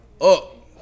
up